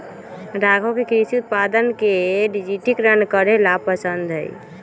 राघव के कृषि उत्पादक के डिजिटलीकरण करे ला पसंद हई